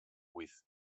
with